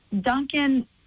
Duncan